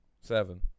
seven